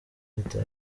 leta